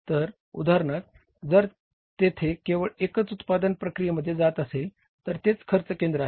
तर उदाहरणार्थ जर तेथे केवळ एकच उत्पादन प्रक्रियेमधून जात असेल तर तेच खर्च केंद्र आहे